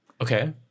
Okay